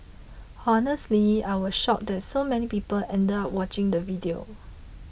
honestly I was shocked that so many people ended up watching the video